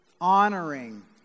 honoring